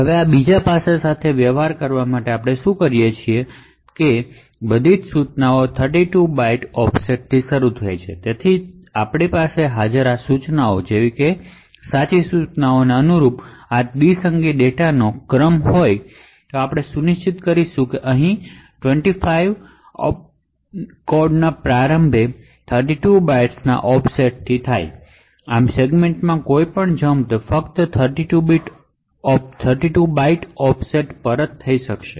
હવે આ બીજા પાસા સાથે વ્યવહાર કરવા માટે આપણે શું કરીએ છીએ કે એ સુનિશ્ચિત કરીયે કે બધી ઇન્સટ્રકશનશ 32 બાઇટ ઑફસેટ્સથી શરૂ થાય છે તેથી જો આપણી પાસે બાઈનરી ડેટાનો ક્રમ હાજર હોય જે AND જેવી સાચી ઇન્સટ્રકશનને અનુરૂપ હોય તો આપણે સુનિશ્ચિત કરીશું અહીં 25 અહી 32 બાઇટ્સના ઑફસેટથી પ્રારંભ થાય છે આમ સેગમેન્ટમાંથી કોઈપણ જમ્પ ફક્ત 32 બાઇટ ઑફસેટ પર જ થઈ શકે છે